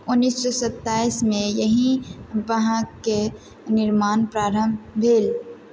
उन्नीस सए सत्ताइसमे एहि बान्धके निर्माण प्रारम्भ भेल